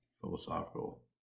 philosophical